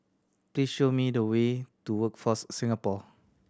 please show me the way to Workforce Singapore